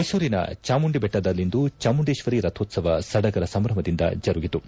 ಮೈಸೂರಿನ ಚಾಮುಂಡಿ ಬೆಟ್ಟದಲ್ಲಿಂದು ಚಾಮುಂಡೇಶ್ವರಿ ರಥೋತ್ಸವ ಸಡಗರ ಸಂಭ್ರಮದಿಂದ ಜರುಗಿತು